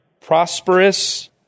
prosperous